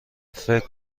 فکر